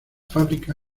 fábrica